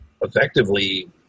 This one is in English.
effectively